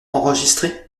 enregistrer